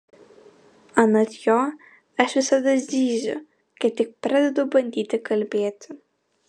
anot jo aš visada zyziu kai tik pradedu bandyti kalbėti